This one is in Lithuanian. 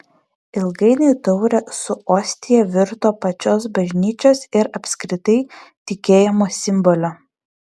ilgainiui taurė su ostija virto pačios bažnyčios ir apskritai tikėjimo simboliu